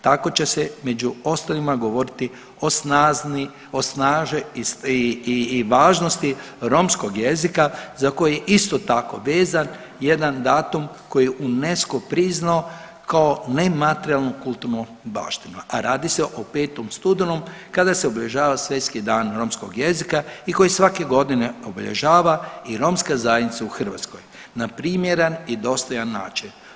Tako će se među ostalima govoriti o snazi i važnosti romskog jezika za koji je isto tako vezan jedan datum koji je UNESCO priznao kao nematerijalnu kulturnu baštinu, a radi se o 5. studenom kada se obilježava Svjetski dan romskog jezika i koji svake godine obilježava i Romska zajednica u Hrvatskoj na primjeran i dostojan način.